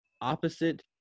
opposite